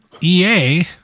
EA